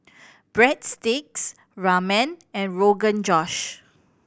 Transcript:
Breadsticks Ramen and Rogan Josh